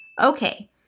Okay